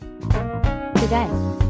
Today